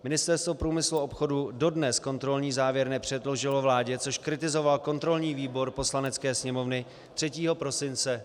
Ministerstvo průmyslu a obchodu dodnes kontrolní závěr nepředložilo vládě, což kritizoval kontrolní výbor Poslanecké sněmovny 3. prosince |2015.